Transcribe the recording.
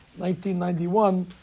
1991